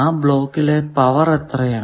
ആ ബ്ലോക്കിലെ പവർ എത്രയാണ്